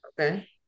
Okay